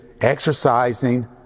exercising